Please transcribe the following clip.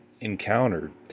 encountered